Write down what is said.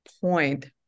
point